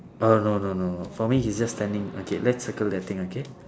oh no no no for me he's just standing okay let's circle that thing okay